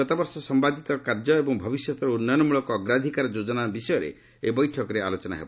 ଗତବର୍ଷ ସମ୍ପାଦିତ କାର୍ଯ୍ୟ ଏବଂ ଭବିଷ୍ୟତ ଉନ୍ନୟନମୂଳକ ଅଗ୍ରାଧିକାର ଯୋଜନା ବିଷୟରେ ଏହି ବୈଠକରେ ଆଲୋଚନା ହେବ